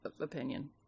opinion